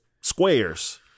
squares